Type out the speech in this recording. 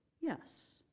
Yes